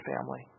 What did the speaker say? family